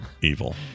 evil